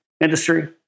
industry